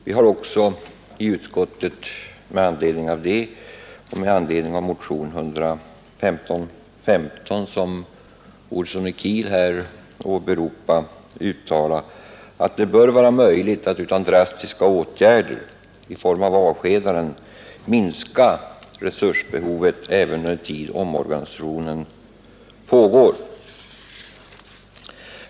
Med anledning härav och med anledning av motionen 1515, som herr Olsson i Kil åberopade, har utskottet uttalat att det bör vara möjligt att utan drastiska åtgärder i form av avskedanden minska resursbehovet även under den tid som omorganisationen pågår.